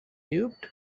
duped